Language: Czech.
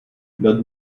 nad